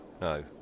no